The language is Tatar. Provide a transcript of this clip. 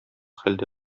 хәлдә